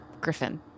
griffin